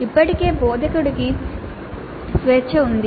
ఇప్పటికీ బోధకుడికి స్వేచ్ఛ ఉంది